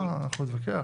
מה, אנחנו נתווכח?